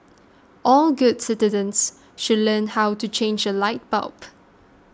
all good citizens should learn how to change a light bulb